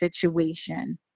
situation